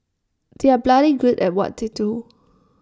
they are bloody good at what they do